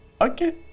Okay